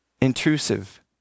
intrusive